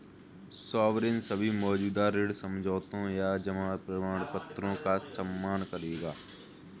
sovereign सभी मौजूदा ऋण समझौतों या जमा प्रमाणपत्रों का भी सम्मान करेगा